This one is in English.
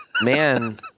Man